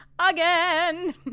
again